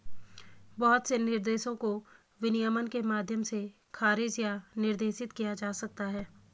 बहुत से निर्देशों को विनियमन के माध्यम से खारिज या निर्देशित किया जा सकता है